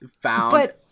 Found